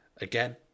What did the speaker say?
Again